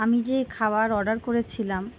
আমি যে খাবার অর্ডার করেছিলাম